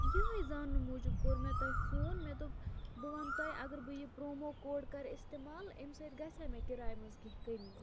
یِہوٚے زاننہٕ موجوٗب کوٚر مےٚ تۄہہِ فون مےٚ دوٚپ بہٕ وَنہٕ تۄہہِ اگر بہٕ یہِ پرٛومو کوڈ کَرٕ استعمال اَمۍ سۭتۍ گَژھیٛا مےٚ کِراے منٛز کیٚنہہ کمی